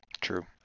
True